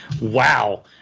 Wow